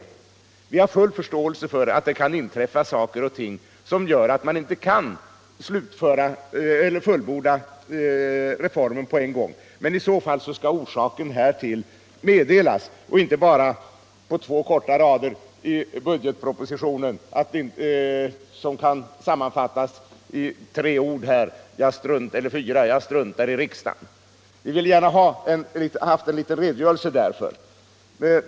Vi har full förståelse för att det kan inträffa saker och ting som gör att man inte kan fullborda reformer på en gång, men i så fall skall orsaken härtill meddelas — inte bara uttryckas på två korta rader i budgetpropositionen som kan sammanfattas i fyra ord: Jag struntar i riksdagen. Vi skulle gärna velat ha en redogörelse för orsaken.